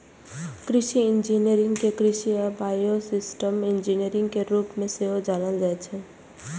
कृषि इंजीनियरिंग कें कृषि आ बायोसिस्टम इंजीनियरिंग के रूप मे सेहो जानल जाइ छै